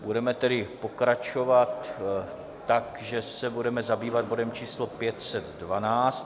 Budeme tedy pokračovat tak, že se budeme zabývat bodem číslo 512.